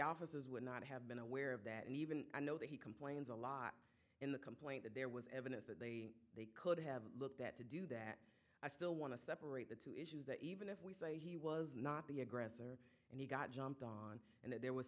officers would not have been aware of that and even i know that he complains a lot in the complaint that there was evidence that they they could have looked at to do that i still want to separate the two issues that even if we say he was not the aggressor and he got jumped on and that there was